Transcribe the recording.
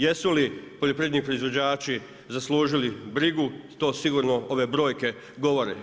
Jesu li poljoprivredni proizvođači zaslužili brigu to sigurno ove brojke govore.